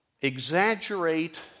exaggerate